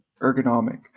ergonomic